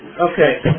Okay